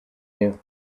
you